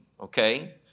Okay